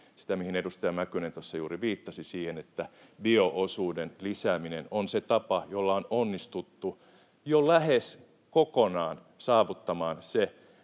sitä, mihin edustaja Mäkynen tuossa juuri viittasi, että bio-osuuden lisääminen on se tapa, jolla on onnistuttu jo lähes kokonaan saavuttamaan se